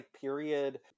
period